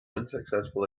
unsuccessful